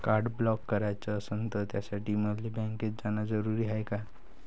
Card block कराच असनं त त्यासाठी मले बँकेत जानं जरुरी हाय का?